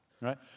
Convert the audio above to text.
Right